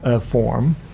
form